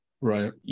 Right